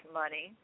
money